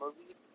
movies